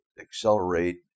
accelerate